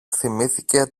θυμήθηκε